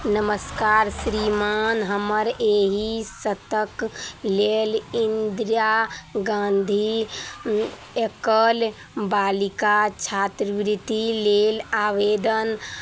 नमस्कार श्रीमान हमर एही सत्रक लेल इन्दिरा गाँधी एकल बालिका छात्रवृत्ति लेल आवेदन